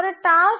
ஒரு டாஸ்க்